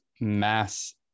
mass